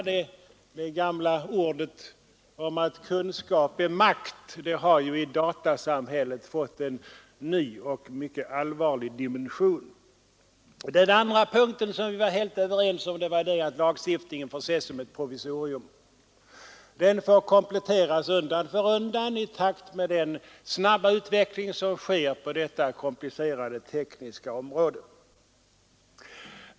Det gamla talesättet att kunskap är makt har i datasamhället fått en ny och mycket allvarlig dimension. För det andra var vi helt överens om att lagstiftninger fick ses som ett provisorium. Den måste kompletteras undan för undan i takt med den snabba utveckling som sker på detta tekniskt komplicerade område.